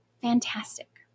fantastic